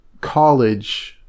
college